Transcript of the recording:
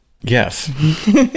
yes